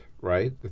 right